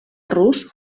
rus